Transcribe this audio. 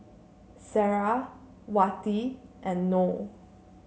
Sarah Wati and Noh